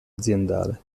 aziendale